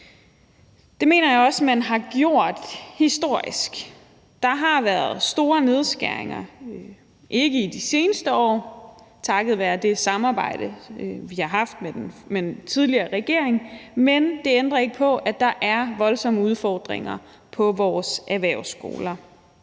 Det mener jeg også man har gjort historisk. Der har været store nedskæringer. Det har der ikke været de seneste år takket være det samarbejde, vi har haft med den tidligere regering, men det ændrer ikke på, at der er voldsomme udfordringer på vores erhvervsskoler.